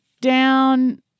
down